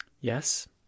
Yes